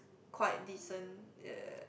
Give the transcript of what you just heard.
quite decent eh